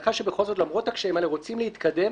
בהנחה שבכל זאת למרות הקשיים האלה רוצים להתקדם,